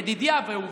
בדידי הווא עובדא,